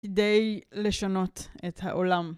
כדי לשנות את העולם.